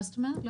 מה זאת אומרת?